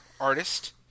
artist